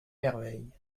merveille